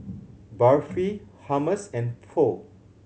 Barfi Hummus and Pho